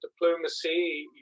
diplomacy